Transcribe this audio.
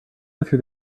through